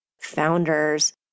founders